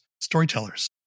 storytellers